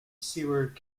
seward